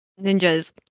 Ninjas